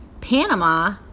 Panama